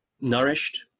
nourished